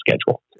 schedule